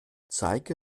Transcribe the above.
zeige